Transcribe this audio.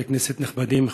חברי כנסת נכבדים,